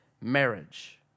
marriage